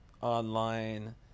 online